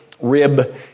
rib